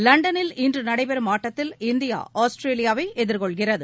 லண்டனில் இன்றுநடைபெறும் ஆட்டத்தில் இந்தியா ஆஸ்திரேலியாவைஎதிர்கொள்கிறது